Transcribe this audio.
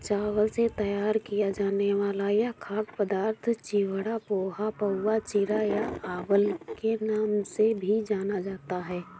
चावल से तैयार किया जाने वाला यह खाद्य पदार्थ चिवड़ा, पोहा, पाउवा, चिरा या अवल के नाम से भी जाना जाता है